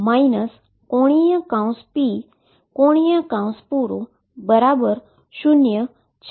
અને ⟨p ⟨p⟩⟩0 છે